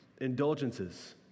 indulgences